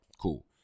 Cool